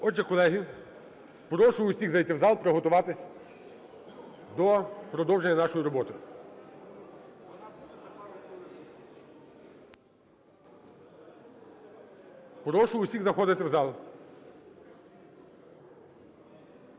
Отже, колеги, прошу усіх зайти в зал, приготуватись до продовження нашої роботи. Прошу усіх заходити в зал.